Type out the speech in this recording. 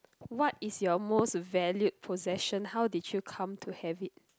what is your most valued possession how did you come to have it